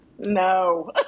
No